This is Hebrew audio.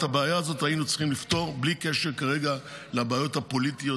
את הבעיה הזאת היינו צריכים לפתור בלי קשר כרגע לבעיות הפוליטיות,